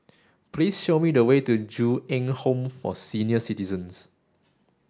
please show me the way to Ju Eng Home for Senior Citizens